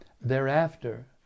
Thereafter